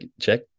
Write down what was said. check